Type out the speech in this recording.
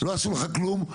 לא עשו לך כלום,